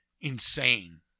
insane